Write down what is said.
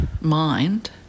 mind